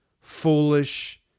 foolish